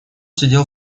сидел